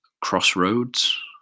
crossroads